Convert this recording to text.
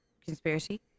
Conspiracy